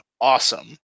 awesome